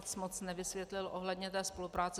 Nic moc nevysvětlil ohledně té spolupráce.